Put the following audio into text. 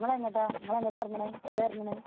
നിങ്ങളെങ്ങോട്ടാ നിങ്ങളെങ്ങോട്ടാ ഇറങ്ങണെ എവിടെയാണ് ഇറങ്ങണെ